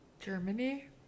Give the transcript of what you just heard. Germany